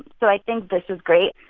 so i think this is great.